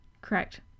Correct